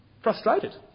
Frustrated